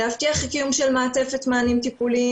להבטיח קיום של מעטפת מענים טיפוליים